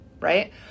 right